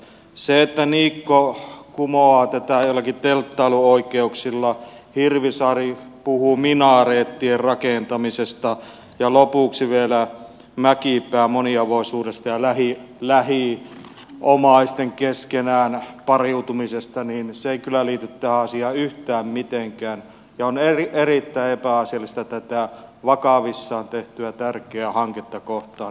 se että niikko kumoaa tätä joihinkin telttailuoikeuksiin vedoten hirvisaari puhuu minareettien rakentamisesta ja lopuksi vielä mäkipää moniavioisuudesta ja lähiomaisten keskenään pariutumisesta ei kyllä liity tähän asiaan yhtään mitenkään ja on erittäin epäasiallista tätä vakavissaan tehtyä tärkeää hanketta kohtaan